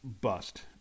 bust